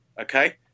okay